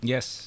Yes